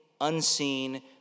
unseen